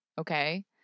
okay